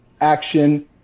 action